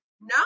No